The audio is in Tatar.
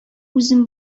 үзем